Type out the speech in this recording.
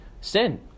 sin